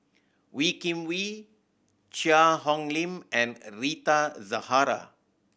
Wee Kim Wee Cheang Hong Lim and Rita Zahara